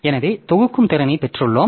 எனவே தொகுக்கும் திறனை பெற்றுள்ளோம்